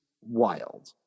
wild